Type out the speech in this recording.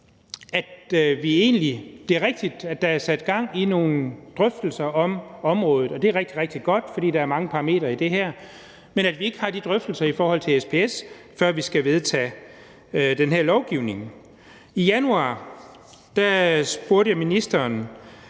at der er sat gang i nogle drøftelser på området, og det er rigtig, rigtig godt, fordi der er mange parametre i det her, men at vi ikke har de drøftelser i forhold til SPS, før vi skal vedtage den her lovgivning, undrer jeg mig over.